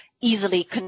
easily